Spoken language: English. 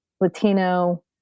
Latino